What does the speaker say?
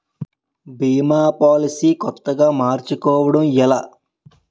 భీమా policy కొత్తగా మార్చుకోవడం ఎలా?